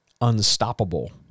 unstoppable